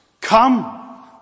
Come